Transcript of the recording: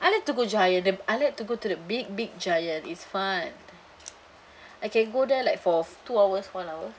I like to go giant and I like to go to the big big giant it's fun I can go there like for two hours one hour